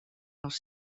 els